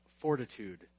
fortitude